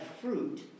fruit